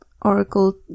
Oracle